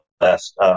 last